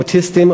אוטיסטים,